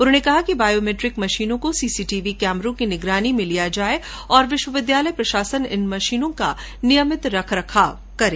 उन्होंने कहा कि बायोमैट्रिक मशीनों को सीसीटीवी कैमरों की निगरानी में लिया जावे और विश्वविद्यालय प्रशासन इन मशीनों की नियमित रख रखाव की समीक्षा करे